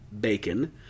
bacon